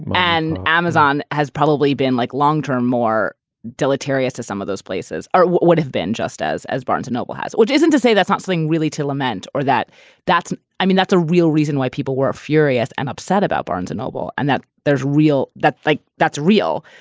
and amazon has probably been like long term. more deleterious to some of those places would have been just as as barnes noble has, which isn't to say that's not something really to lament or that that's. i mean, that's a real reason why people were furious and upset about barnes and noble and that there's real that like that's real.